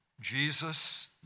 Jesus